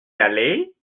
aller